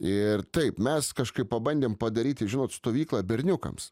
ir taip mes kažkaip pabandėm padaryti žinot stovyklą berniukams